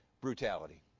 brutality